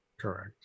Correct